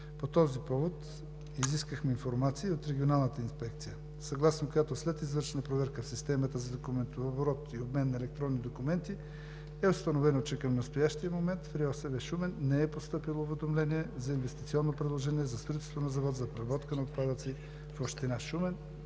По този повод изискахме информация и от Регионалната инспекция, съгласно която след извършена проверка в системата за документооборот и обмен на електронни документи, е установено, че към настоящия момент в РИОСВ – Шумен, не е постъпило уведомление за инвестиционно предложение за строителство на закон за преработка на отпадъци в община Шумен,